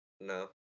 No